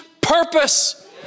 purpose